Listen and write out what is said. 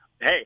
Hey